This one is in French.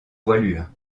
voilure